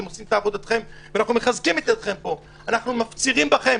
אתם עושים את עבודתכם ואנחנו מחזקים את ידיכם פה אנחנו מפצירים בכם,